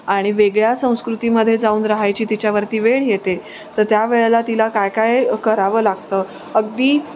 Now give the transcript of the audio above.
आणि वेगळ्या संस्कृतीमध्ये जाऊन राहायची तिच्यावरती वेळ येते तर त्या वेळेला तिला काय काय करावं लागतं अगदी